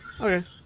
Okay